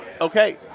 Okay